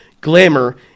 Glamour